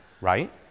right